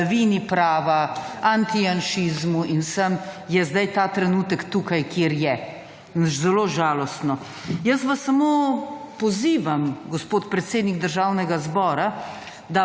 vladavini prava, antijanšizmu in vsem, je zdaj ta trenutek tukaj, kjer je. In je zelo žalostno. Jaz vas samo pozivam, gospod predsednik Državnega zbora,